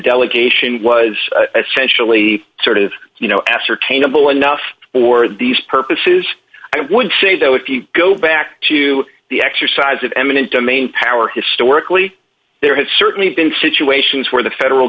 delegation was essentially sort of you know ascertainable enough for these purposes i would say though if you go back to the exercise of eminent domain power historically there has certainly been situations where the federal